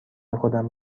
خودم